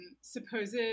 supposed